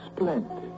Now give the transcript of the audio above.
Splendid